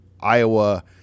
Iowa